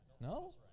No